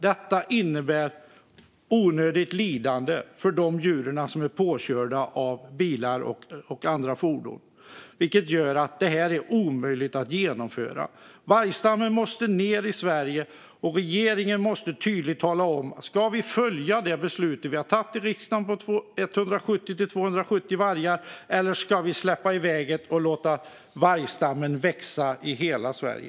Detta innebär onödigt lidande för de djur som blivit påkörda av bilar och andra fordon. Det blir alltså omöjligt att genomföra eftersök. Vargstammen måste ned i Sverige, och regeringen måste tydligt tala om ifall vi ska följa det beslut vi har tagit i riksdagen om 170-270 vargar eller släppa iväg det och låta vargstammen växa i hela Sverige.